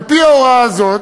על-פי ההוראה הזאת,